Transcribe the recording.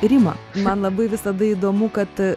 rima man labai visada įdomu kad